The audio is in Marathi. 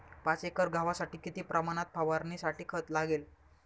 पाच एकर गव्हासाठी किती प्रमाणात फवारणीसाठी खत लागेल?